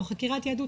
או חקירת יהדות,